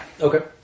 Okay